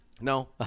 No